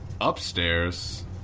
upstairs